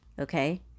Okay